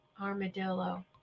Armadillo